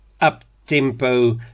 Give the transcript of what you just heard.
up-tempo